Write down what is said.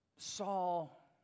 Saul